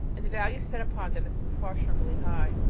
and the value set upon them is proportionably high.